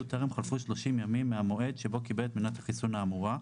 טרם חלפו 30 ימים מהמועד שבו קיבל את מנת החיסון האמורה,